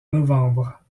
novembre